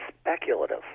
speculative